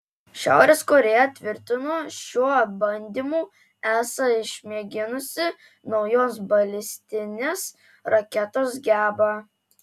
šiaurės korėja tvirtino šiuo bandymu esą išmėginusi naujos balistinės raketos gebą